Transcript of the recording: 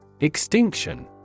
extinction